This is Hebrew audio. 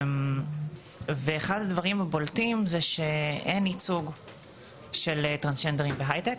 ואחד הדברים הבולטים זה שאין ייצוג של טרנסג'נדרים בהייטק.